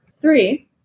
Three